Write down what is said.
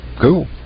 Cool